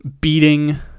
beating